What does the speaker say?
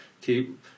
keep